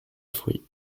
fruit